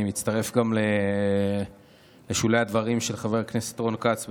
אני מצטרף לשולי הדברים של חבר הכנסת רון כץ,